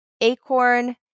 acorn